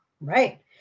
Right